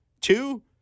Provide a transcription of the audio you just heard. Two